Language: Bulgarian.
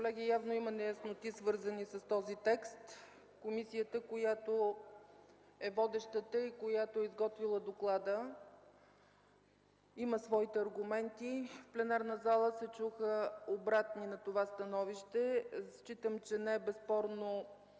Колеги, явно има неясноти, свързани с този текст. Комисията, която е водеща и е изготвила доклада, има своите аргументи. В пленарната зала се чуха обратни на това становище. Считам, че не е безспорно